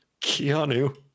Keanu